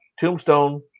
Tombstone